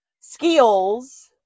skills